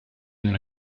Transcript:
nella